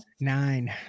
nine